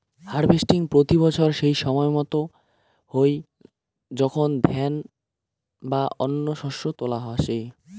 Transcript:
harvesting প্রতি বছর সেসময়ত হই যখন ধান বা অন্য শস্য তোলা হসে